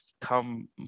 come